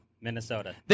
Minnesota